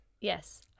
Yes